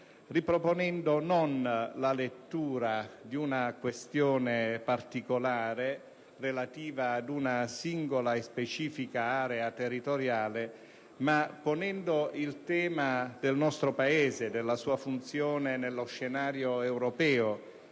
ripresentando non la lettura di una questione particolare, relativa ad una singola e specifica area territoriale, ma ponendo il tema del nostro Paese e della sua funzione nello scenario europeo